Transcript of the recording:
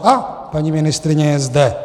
A paní ministryně je zde.